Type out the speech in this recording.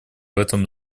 этом